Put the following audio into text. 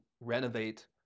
renovate